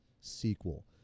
sequel